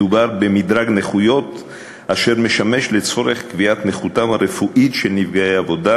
מדובר במדרג נכויות אשר משמש לצורך קביעת נכותם הרפואית של נפגעי עבודה,